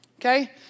okay